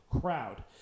crowd